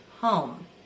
home